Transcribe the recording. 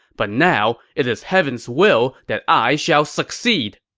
but now, it is heaven's will that i shall succeed!